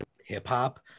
hip-hop